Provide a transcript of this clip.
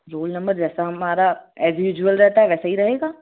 role number जैसा हमारा as usual रहता है वैसे ही रहेगा